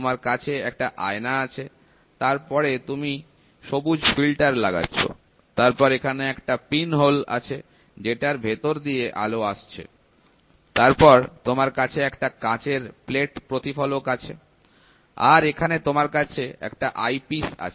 তোমার কাছে একটা আয়না আছে তারপরে তুমি সবুজ ফিল্টার লাগাচ্ছ তারপর এখানে একটা পিনহোল আছে যেটার ভেতর দিয়ে আলো আসছে তারপর তোমার কাছে একটা কাচের প্লেট প্রতিফলক আছে আর এখানে তোমার কাছে একটা আইপিস আছে